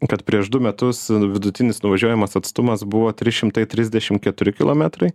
kad prieš du metus vidutinis nuvažiuojamas atstumas buvo trys šimtai trisdešim keturi kilometrai